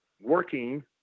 Working